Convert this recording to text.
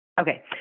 Okay